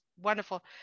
wonderful